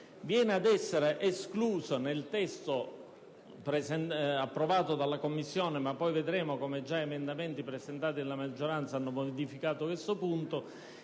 Viene ad essere esclusa nel testo approvato dalla Commissione - vedremo poi come gli emendamenti presentati dalla maggioranza hanno modificato questo punto